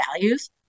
values